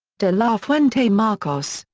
de la fuente marcos,